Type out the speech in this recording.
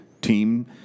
team